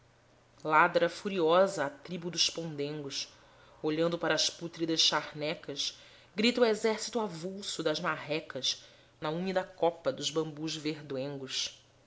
ladra furiosa a tribo dos podengos olhando para as pútridas charnecas grita o exército avulso das marrecas na úmida copa dos bambus verdoengos